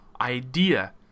idea